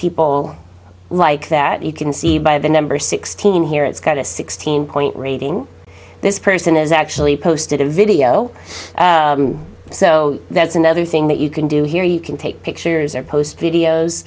people like that you can see by the number sixteen here it's got a sixteen point rating this person is actually posted a video so that's another thing that you can do here you can take pictures or post videos